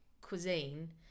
cuisine